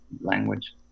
language